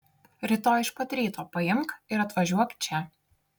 rytoj iš pat ryto paimk ir atvažiuok čia